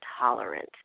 tolerant